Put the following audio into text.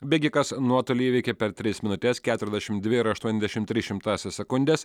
bėgikas nuotolį įveikė per tris minutes keturiasdešimt dvi ir aštuoniasdešimt tris šimtąsias sekundės